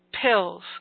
Pills